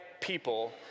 people